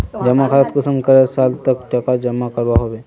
जमा खातात कुंसम करे साल तक टका जमा करवा होबे?